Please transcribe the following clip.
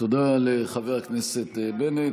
תודה לחבר הכנסת בנט.